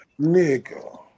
nigga